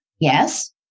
Yes